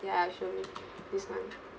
ya I show you this one